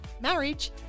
marriage